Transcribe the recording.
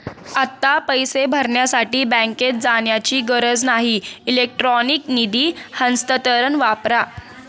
आता पैसे भरण्यासाठी बँकेत जाण्याची गरज नाही इलेक्ट्रॉनिक निधी हस्तांतरण वापरा